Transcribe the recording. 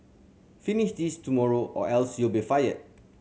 finish this tomorrow or else you'll be fired